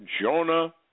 Jonah